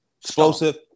explosive